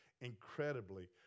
incredibly